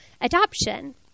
adoption